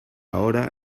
hora